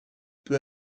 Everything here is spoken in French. peu